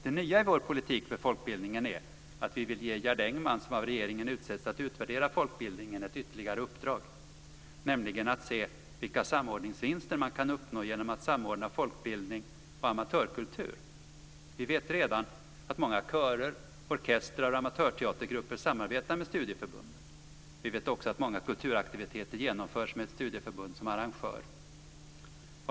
Det nya i vår politik för folkbildningen är att vi vill ge Gerd Engman, som av regeringen utsetts att utvärdera folkbildningen, ytterligare ett uppdrag, nämligen att se efter vilka samordningsvinster man kan uppnå genom att samordna folkbildning och amatörkultur. Vi vet redan att många körer, orkestrar och amatörteatergrupper samarbetar med studieförbunden. Vi vet också att många kulturaktiviteter genomförs med ett studieförbund som arrangör.